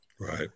right